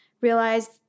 realized